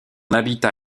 habitat